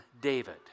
David